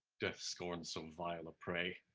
death scorns so vile a prey.